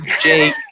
Jake